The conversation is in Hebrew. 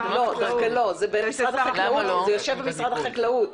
זה במשרד החקלאות.